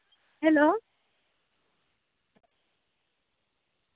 hello